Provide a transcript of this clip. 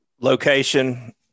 Location